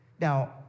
Now